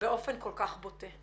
באופן כל כך בוטה.